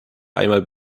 einmal